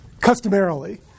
customarily